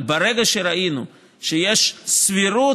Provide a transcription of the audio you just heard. אבל ברגע שראינו שיש סבירות,